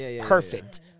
perfect